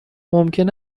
ممکن